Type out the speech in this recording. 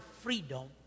freedom